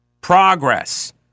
Progress